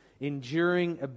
enduring